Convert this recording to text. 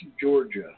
Georgia